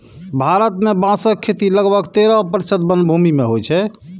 भारत मे बांसक खेती लगभग तेरह प्रतिशत वनभूमि मे होइ छै